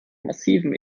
massivem